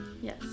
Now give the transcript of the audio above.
Yes